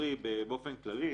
הציבורי באופן כללי,